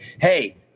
hey